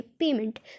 payment